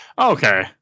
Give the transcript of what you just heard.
Okay